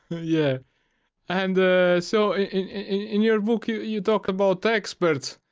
yeah and ah so in your book you you talk about experts.